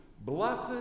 blessed